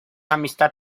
amistad